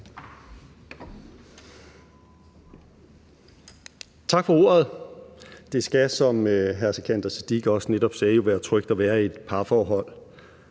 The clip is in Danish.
Tak for ordet. Det skal, som hr. Sikandar Siddique også netop sagde, være trygt at være i et parforhold,